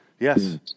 Yes